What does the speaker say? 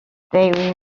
they